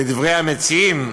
לדברי המציעים,